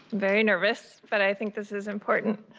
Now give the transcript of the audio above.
very nervous but i think this is important.